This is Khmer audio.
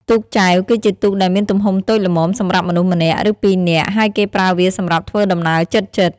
ទូកចែវ គឺជាទូកដែលមានទំហំតូចល្មមសម្រាប់មនុស្សម្នាក់ ឬពីរនាក់ ហើយគេប្រើវាសម្រាប់ធ្វើដំណើរជិតៗ។